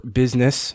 business